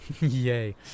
Yay